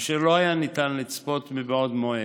אשר לא היה ניתן לצפות מבעוד מועד.